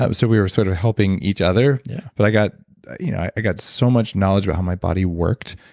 ah but so we were sort of helping each other yeah but i got you know i got so much knowledge about how my body worked,